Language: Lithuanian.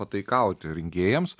pataikauti rinkėjams